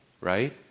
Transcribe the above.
right